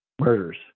Murders